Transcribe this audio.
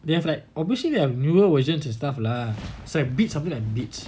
they have like obviously they have newer versions and stuff lah so like beats something like beats